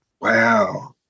wow